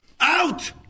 Out